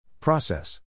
Process